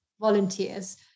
volunteers